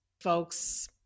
folks